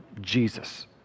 Jesus